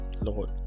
Lord